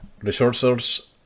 resources